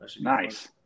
Nice